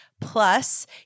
Plus